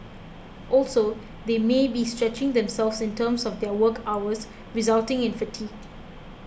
also they may be stretching themselves in terms of their work hours resulting in fatigue